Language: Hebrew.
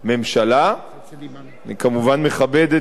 אני כמובן מכבד את עמדותיה,